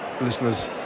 listeners